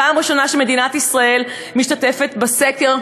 פעם ראשונה שמדינת ישראל משתתפת בסקר.